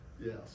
yes